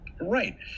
right